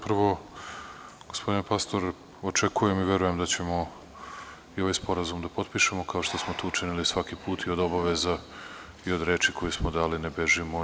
Prvo, gospodine Pastoru, očekujem i verujem da ćemo i ovaj sporazum da potpišemo, kao što smo to učinili svaki put i od obaveza i od reči koje smo dali ne bežimo.